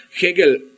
Hegel